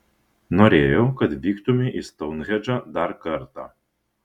norėjau kad vyktumei į stounhendžą dar kartą